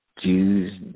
Jews